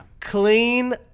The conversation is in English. Clean